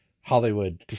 Hollywood